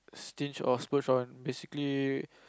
sting or splurge on basically